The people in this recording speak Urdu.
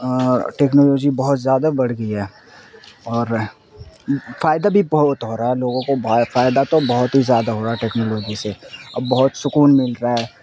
ٹیکنالوجی بہت زیادہ بڑھ گئی ہے اور فائدہ بھی بہت ہو رہا ہے لوگوں کو فائدہ تو بہت ہی زیادہ ہو رہا ہے ٹیکنالوجی سے اب بہت سکون مل رہا ہے